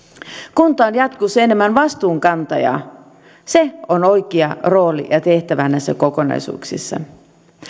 kunta on jatkossa enemmän vastuunkantaja se on oikea rooli ja tehtävä näissä kokonaisuuksissa